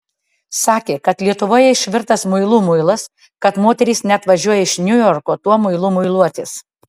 sakė kad lietuvoje išvirtas muilų muilas kad moterys net važiuoja iš niujorko tuo muilu muiluotis